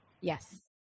Yes